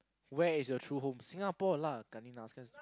where is your true home Singapore lah kannina asking this